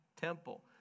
temple